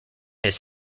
his